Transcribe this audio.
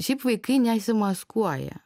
šiaip vaikai nesimaskuoja